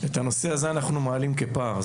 את הנושא הזה אנחנו מעלים כפער.